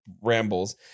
rambles